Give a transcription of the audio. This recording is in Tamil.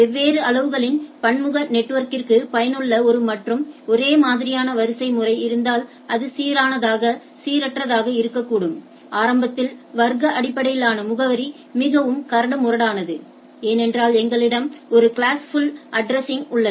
வெவ்வேறு அளவுகளின் பன்முக நெட்வொர்க்கிற்கு பயனுள்ள ஒரு மற்றும் ஒரே மாதிரியான வரிசைமுறை இருந்தால் அது சீரானதாக சீரற்றதாக இருக்கக்கூடும் ஆரம்பத்தில் வர்க்க அடிப்படையிலான முகவரி மிகவும் கரடுமுரடானதுஏனென்றால் எங்களிடம் ஒரு கிளாஸ்ஃபுல் அட்ட்ரஸிங் உள்ளது